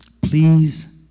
Please